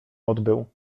odbył